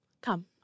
Come